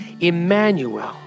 Emmanuel